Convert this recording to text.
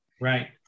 Right